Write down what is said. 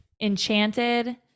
Enchanted